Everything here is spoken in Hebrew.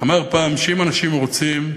אמר פעם, שאם אנשים רוצים,